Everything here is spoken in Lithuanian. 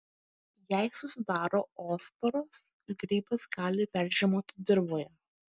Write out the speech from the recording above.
jei susidaro oosporos grybas gali peržiemoti dirvoje